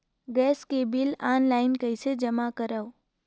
Gas के bill online कइसे जमा करव?